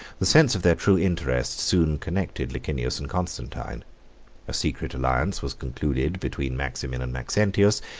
the sense of their true interest soon connected licinius and constantine a secret alliance was concluded between maximin and maxentius,